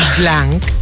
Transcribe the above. blank